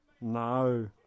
no